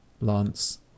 lance